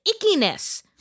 ickiness